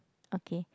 okay